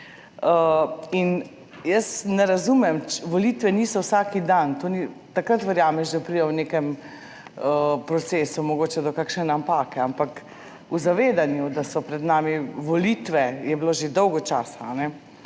In jaz ne razumem, volitve niso vsak dan, to ni, takrat verjameš, da pridejo v nekem procesu mogoče do kakšne napake, ampak v zavedanju, da so pred nami volitve, je bilo že dolgo časa.